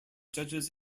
judges